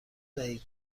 دهید